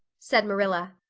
said marilla.